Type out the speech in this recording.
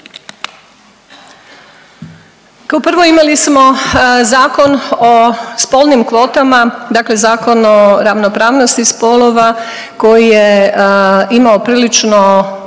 prvo imali smo Zakon o spolnim kvotama, dakle Zakon o ravnopravnosti spolova koji je imao prilično